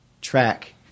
track